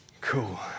Cool